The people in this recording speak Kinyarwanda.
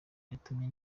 yatumye